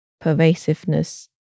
pervasiveness